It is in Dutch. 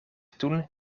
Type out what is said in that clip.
toen